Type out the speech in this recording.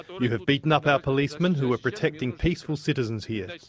you have beaten up our policemen who were protecting peaceful citizens here.